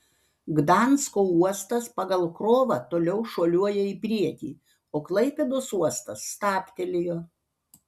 gdansko uostas pagal krovą toliau šuoliuoja į priekį o klaipėdos uostas stabtelėjo